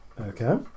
okay